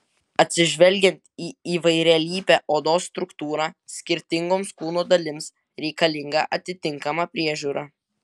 atsižvelgiant į įvairialypę odos struktūrą skirtingoms kūno dalims reikalinga atitinkama priežiūra